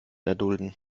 erdulden